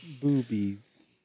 Boobies